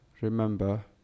remember